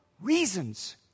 reasons